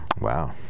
Wow